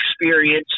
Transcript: experience